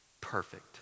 perfect